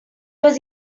was